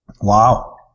Wow